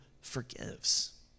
forgives